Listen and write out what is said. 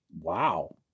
Wow